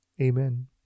Amen